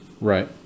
right